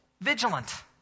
vigilant